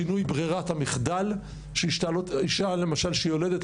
שינוי ברירת המחדל שאישה למשל שהיא יולדת,